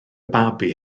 babi